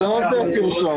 זה עוד פרסומת.